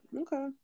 okay